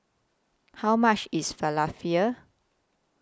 How much IS Falafel